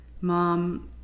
Mom